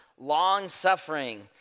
long-suffering